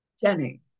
Jenny